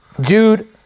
Jude